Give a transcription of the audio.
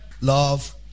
Love